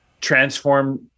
transform